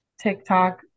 TikTok